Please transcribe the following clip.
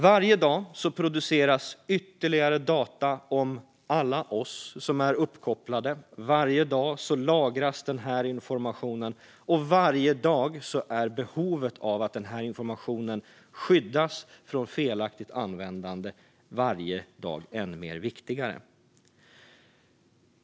Varje dag produceras ytterligare data om alla oss som är uppkopplade. Varje dag lagras den informationen, och varje dag finns det behov av att informationen skyddas från felaktigt användande. För varje dag blir det än mer viktigt.